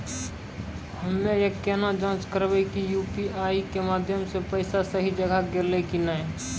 हम्मय केना जाँच करबै की यु.पी.आई के माध्यम से पैसा सही जगह गेलै की नैय?